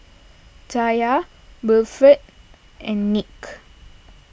Taya Wilfrid and Nick